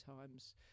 times